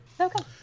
Okay